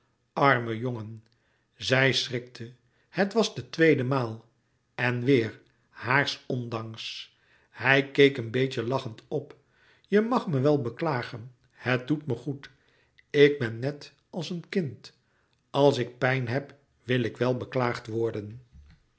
arme jongen zij schrikte het was de tweede maal en weêr haars ondanks hij keek een beetje lachend op je mag me wel beklagen het doet me goed ik ben net als een kind als ik pijn heb wil ik wel beklaagd worden